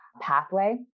pathway